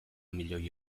milioi